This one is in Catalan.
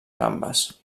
gambes